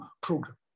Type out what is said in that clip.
program